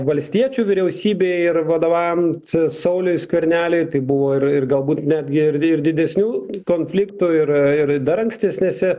valstiečių vyriausybėj ir vadovaujant sauliui skverneliui tai buvo ir ir galbūt netgi ir ir didesnių konfliktų ir ir dar ankstesnėse